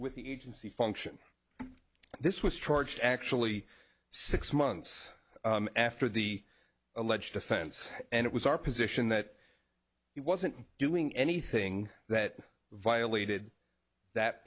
with the agency function this was charged actually six months after the alleged offense and it was our position that he wasn't doing anything that violated that